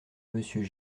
monsieur